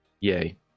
Yay